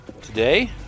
today